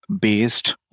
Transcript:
based